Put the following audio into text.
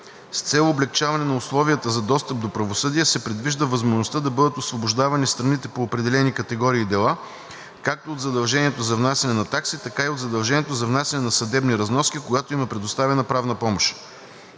С цел облекчаване на условията за достъп до правосъдие се предвижда възможността да бъдат освобождавани страните по определени категории дела както от задължението за внасяне на такси, така и от задължението за внасяне на съдебни разноски, когато им е предоставена правна помощ.